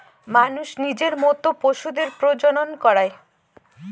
মানুষ নিজের মত পশুদের প্রজনন করায়